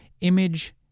image